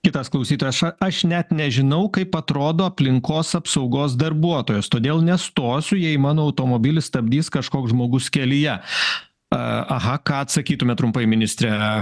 kitas klausytojas ša aš net nežinau kaip atrodo aplinkos apsaugos darbuotojas todėl nestosiu jei mano automobilis stabdys kažkoks žmogus kelyje a aha ką atsakytumėt trumpai ministre